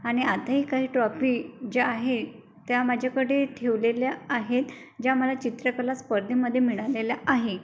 आणि आताही काही ट्रॉफी ज्या आहे त्या माझ्याकडे ठेवलेल्या आहेत ज्या मला चित्रकला स्पर्धेमध्ये मिळालेल्या आहे